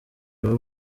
abo